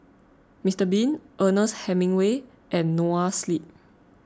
Mister Bean Ernest Hemingway and Noa Sleep